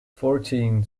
fourteen